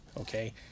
okay